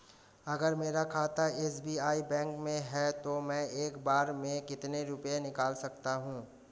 अगर मेरा खाता एस.बी.आई बैंक में है तो मैं एक बार में कितने रुपए निकाल सकता हूँ?